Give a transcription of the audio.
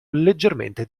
leggermente